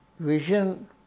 Vision